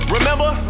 Remember